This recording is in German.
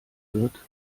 wird